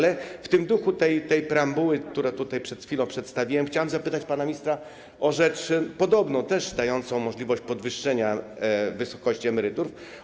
Tak więc w duchu tej preambuły, którą tutaj przed chwilą przedstawiłem, chciałem zapytać pana ministra o rzecz podobną, też dającą możliwość podwyższenia emerytur.